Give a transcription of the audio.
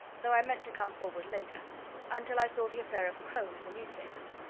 though i meant to come forward later until i saw the affair of crone in the newspapers,